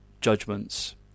judgments